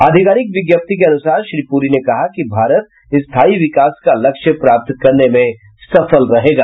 आधिकारिक विज्ञप्ति के अनुसार श्री पुरी ने कहा कि भारत स्थायी विकास का लक्ष्य प्राप्त करने में सफल रहेगा